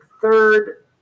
third